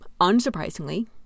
unsurprisingly